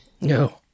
no